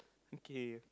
okay